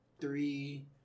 three